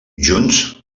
junts